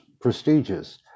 prestigious